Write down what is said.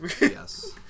Yes